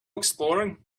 exploring